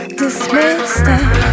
dismissed